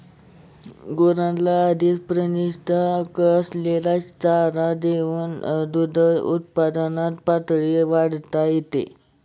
गुरांना अधिक प्रथिने असलेला चारा देऊन दुग्धउत्पादन पातळी वाढवता येते